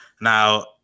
Now